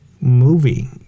movie